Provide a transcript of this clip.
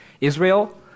Israel